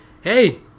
hey